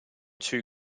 two